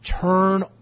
turn